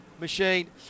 machine